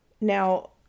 Now